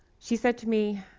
she said to me,